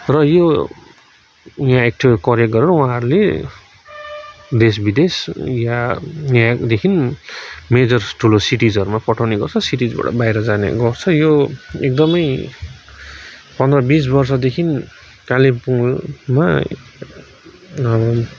र यो यहाँ एक ठाउँ कलेक्ट गरेर उहाँहरूले देश विदेश या यहाँदेखि मेजर ठुलो सिटिजहरूमा पठाउने गर्छ सिटिजबाट बाहिर जाने गर्छ यो एकदमै पन्द्र बिस बर्षदेखि कालिम्पोङमा